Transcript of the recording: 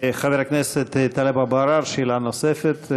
חבר הכנסת טלב אבו עראר, שאלה נוספת.